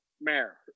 mayor